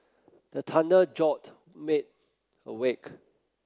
the thunder jolt me awake